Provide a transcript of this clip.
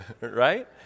right